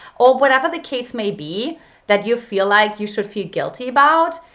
or whatever the case may be that you feel like you should feel guilty about,